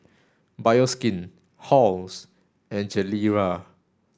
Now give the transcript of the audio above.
Bioskin Halls and Gilera